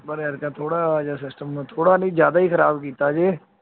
ਪਰ ਐਤਕਾਂ ਥੋੜ੍ਹਾ ਜਿਹਾ ਸਿਸਟਮ ਥੋੜ੍ਹਾ ਨਹੀਂ ਜ਼ਿਆਦਾ ਹੀ ਖ਼ਰਾਬ ਕੀਤਾ ਜੇ